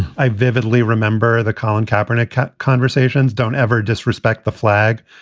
i vividly remember the colin kaepernick cut conversations. don't ever disrespect the flag,